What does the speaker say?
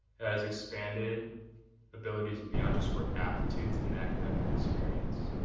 as expanded abilities beyond just work aptitudes and academic experience